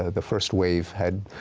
the first wave had